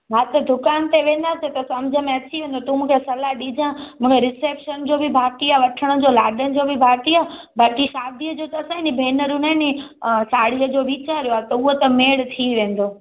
हा त दुकान ते वेंदासीं त समुझ में अची वेंदो तूं मूंखे सलाह ॾिजा अने रिसेप्शन जो बि बाक़ी आहे वठण जो लाॾनि जो बि बाक़ी आहे बाक़ी शादीअ जो त छा आहे नी भेनरुनि आहे नी साड़ीअ जो वीचारियो आहे त उहो त मेड़ थी वेंदो